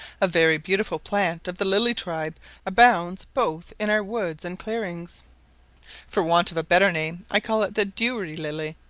a very beautiful plant of the lily tribe abounds both in our woods and clearings for want of a better name, i call it the douri-lily,